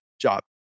job